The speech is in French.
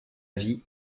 vie